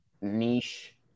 niche